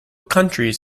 countries